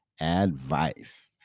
advice